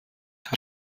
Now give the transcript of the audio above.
hat